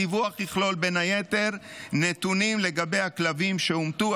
הדיווח יכלול בין היתר נתונים לגבי הכלבים שהומתו,